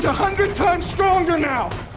hundred times stronger now!